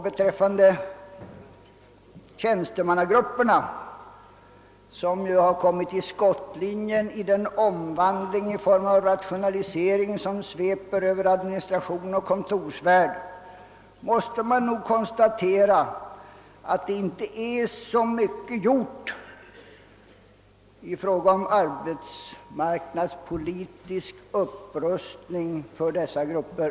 Beträffande tjänstemannagrupperna, som kommit i skottlinjen vid den omvandling i form av rationalisering som sveper över administrationsoch kontorsvärlden, måste man nog konstatera att det inte är så mycket gjort i fråga om arbetsmarknadspolitisk upprustning för dessa grupper.